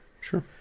Sure